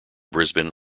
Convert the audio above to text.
brisbane